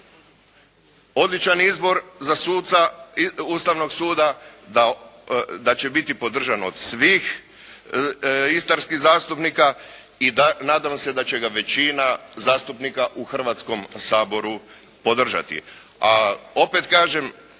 odličan izbor za suca Ustavnog suda, da će biti podržan od svih istarskih zastupnika i nadam se da će ga većina zastupnica u Hrvatskom saboru podržati. A opet kažem,